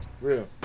Real